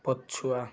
ପଛୁଆ